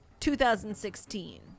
2016